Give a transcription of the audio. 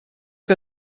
que